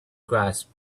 grasp